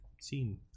seen